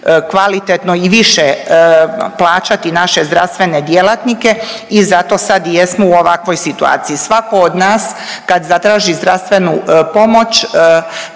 kvalitetno i više plaćati naše zdravstvene djelatnike i zato sad i jesmo u ovakvoj situaciji. Svako od nas kad zatraži zdravstvenu pomoć